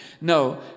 No